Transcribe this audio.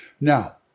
Now